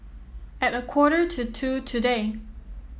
at a quarter to two today